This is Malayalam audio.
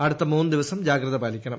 അടുത്ത മൂന്നു ദിവസം ജീവ്ഗത്ത പാലിക്കണം